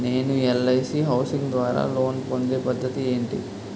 నేను LIC housing ద్వారా loan పొందే పద్ధతి ఏంటి?